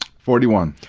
forty one.